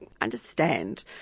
understand